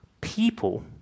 people